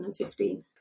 2015